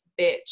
bitch